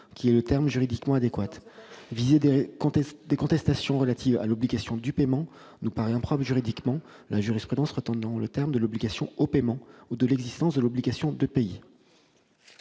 qui est le terme juridiquement adéquat. Viser des contestations relatives à l'obligation « du » paiement nous paraît impropre juridiquement, la jurisprudence retenant le terme de l'obligation au paiement ou de l'existence de l'obligation de payer.